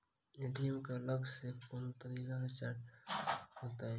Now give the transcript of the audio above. ATM केँ अलग सँ कोनो तरहक चार्ज सेहो लागत की?